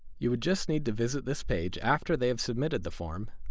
you would just need to visit this page after they have submitted the form,